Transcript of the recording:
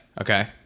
Okay